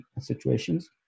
situations